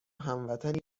هموطنی